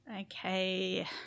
Okay